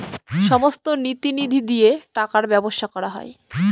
সমস্ত নীতি নিধি দিয়ে টাকার ব্যবসা করা হয়